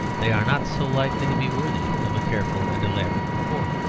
they are not so likely to be worthy of a careful and elaborate report.